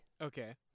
Okay